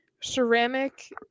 Ceramic